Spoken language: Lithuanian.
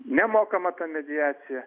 nemokama ta mediacija